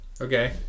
okay